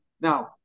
Now